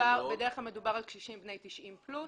בדרך כלל מדובר על קשישים בני 90 פלוס,